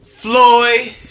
Floyd